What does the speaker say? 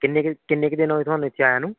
ਕਿੰਨੇ ਕੁ ਕਿੰਨੇ ਕੁ ਦਿਨ ਹੋਏ ਤੁਹਾਨੂੰ ਇੱਥੇ ਆਇਆ ਨੂੰ